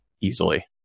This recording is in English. easily